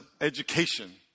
education